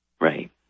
right